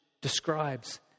describes